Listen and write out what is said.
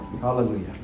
Hallelujah